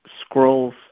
scrolls